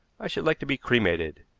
i should like to be cremated,